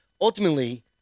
ultimately